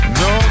no